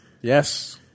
Yes